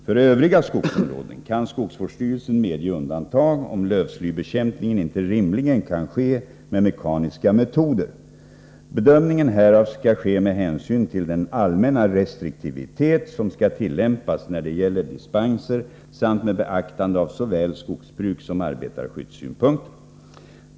För övriga skogsområden kan skogsvårdsstyrelsen medge undantag, om lövslybekämpningen inte rimligen kan ske med mekaniska metoder. Bedömningen härav skall ske med hänsyn till den allmänna restriktivitet som skall tillämpas när det gäller dispenser samt med beaktande av såväl skogsbrukssom arbetarskyddssynpunkter.